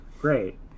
Great